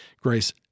Grace